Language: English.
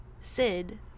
sid